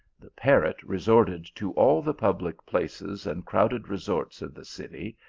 the parrot resorted to all the public places and crowded resorts of the city,